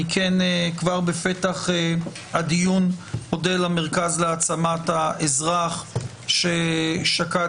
כבר בפתח הדיון אני אודה למרכז להעצמת האזרח ששקד